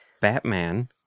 Batman